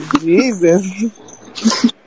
Jesus